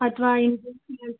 ಅಥವಾ